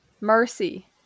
mercy